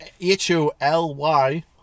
H-O-L-Y